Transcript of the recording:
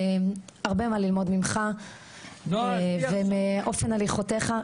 הרבה מה ללמוד ממך ומאופן הליכותיך.